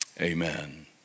Amen